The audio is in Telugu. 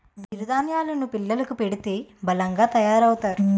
చిరు ధాన్యేలు ను పిల్లలకు పెడితే బలంగా తయారవుతారు